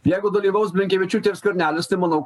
jeigu dalyvaus blinkevičiūtė ir skvernelis tai manau